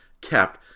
kept